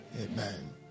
Amen